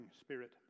spirit